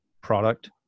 product